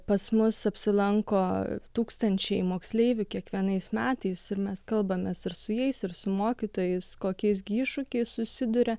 pas mus apsilanko tūkstančiai moksleivių kiekvienais metais ir mes kalbamės ir su jais ir su mokytojais kokiais gi iššūkiais susiduria